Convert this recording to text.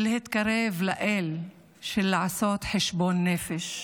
של להתקרב לאל, של לעשות חשבון נפש.